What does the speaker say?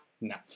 No